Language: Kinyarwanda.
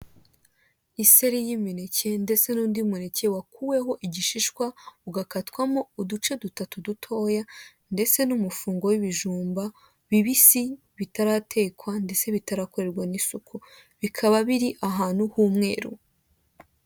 Iseri y'imineke ndetse n'undi muneke wakuweho igishishwa, ugakatwamo uduce dutatu dutoya, ndetse n'umufungo w'ibijumba bibisi bitaratekwa ndetse bitarakorerwa n'isuku bikaba biri ahantu h'umweru.